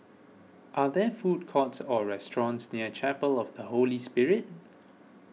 are there food courts or restaurants near Chapel of the Holy Spirit